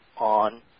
on